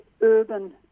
urban